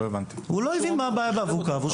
הוא לא הבין מה הבעיה באבוקה והוא שחרר